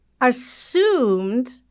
assumed